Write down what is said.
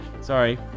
Sorry